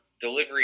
delivery